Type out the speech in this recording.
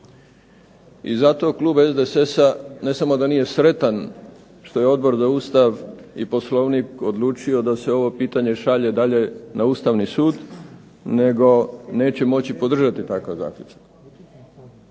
I zato klub SDSS-a ne samo da nije sretan što je Odbor za Ustav i Poslovnik odlučio da se ovo pitanje šalje dalje na Ustavni sud, nego neće moći podržati takav zaključak.